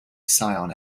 sion